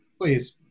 please